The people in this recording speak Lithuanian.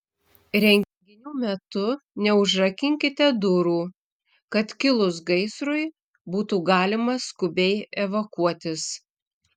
renginių metu neužrakinkite durų kad kilus gaisrui būtų galima skubiai evakuotis